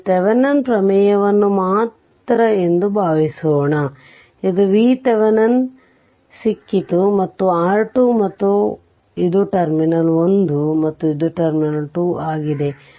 ಇಲ್ಲಿ ಥೆವೆನಿನ್ ಪ್ರಮೇಯವನ್ನು ಮಾತ್ರ ಎಂದು ಭಾವಿಸೋಣ ಇದು VThevenin ಸಿಕ್ಕಿತು ಮತ್ತು ಇದು R2 ಮತ್ತು ಇದು ಟರ್ಮಿನಲ್ 1 ಮತ್ತು ಇದು ಟರ್ಮಿನಲ್ 2 ಆಗಿದೆ